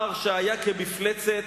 ההר שהיה כמפלצת,